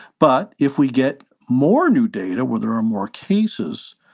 but if we get more new data where there are more cases,